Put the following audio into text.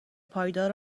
پایدار